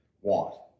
want